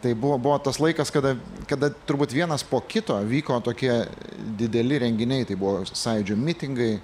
tai buvo buvo tas laikas kada kada turbūt vienas po kito vyko tokie dideli renginiai tai buvo sąjūdžio mitingai